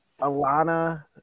Alana